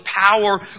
power